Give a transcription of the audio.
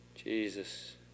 Jesus